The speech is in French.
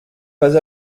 pas